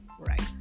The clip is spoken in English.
right